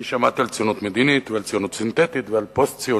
אני שמעתי על ציונות מדינית ועל ציונות סינתטית ועל פוסט-ציונות.